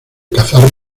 cazar